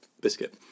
biscuit